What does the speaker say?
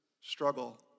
struggle